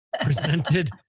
presented